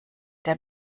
der